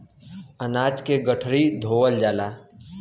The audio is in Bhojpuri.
अनाज के गठरी धोवल जाला